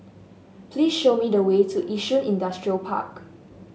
please show me the way to Yishun Industrial Park